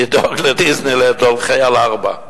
נדאג לדיסנילנד להולכי על ארבע.